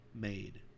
made